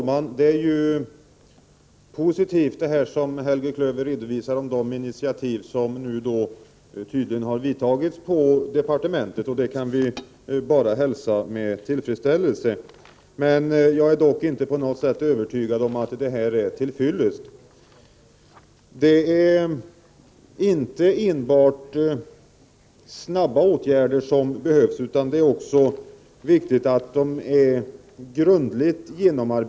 Herr talman! Vad Helge Klöver redovisade om de initiativ som tydligen har vidtagits på departementet är positivt. Det kan vi bara hälsa med tillfredsställelse. Jag är dock inte på något sätt övertygad om att det är till fyllest. Det behövs inte enbart snabba åtgärder, utan också grundligt genomarbetade och genomtänkta åtgärder.